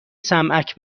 سمعک